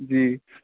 جی